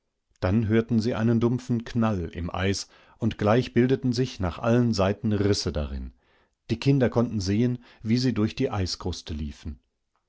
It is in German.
dann hörten sie einen dumpfen knall im eis und gleich bildeten sich nach allen seiten risse darin die kinder konnten sehen wie sie durch dieeiskrusteliefen